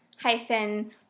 hyphen